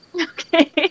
Okay